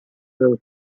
leur